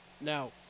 Now